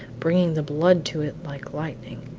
bringing the blood to it like lightning.